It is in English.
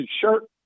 shirt